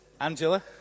Angela